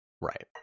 right